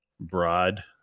broad